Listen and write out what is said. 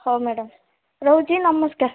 ହଉ ମ୍ୟାଡ଼ାମ୍ ରହୁଛି ନମସ୍କାର